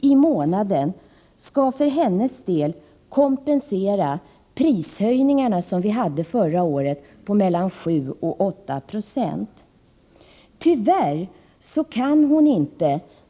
skall för hennes del kompensera prisökningarna förra året på mellan 7 och 8 90.